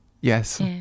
yes